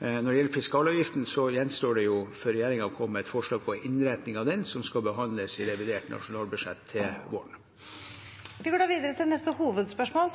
Når det gjelder fiskalavgiften, gjenstår det for regjeringen å komme med et forslag på innretningen av den, som skal behandles i revidert nasjonalbudsjett til våren. Vi går da videre til neste hovedspørsmål.